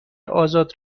آزاد